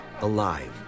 Alive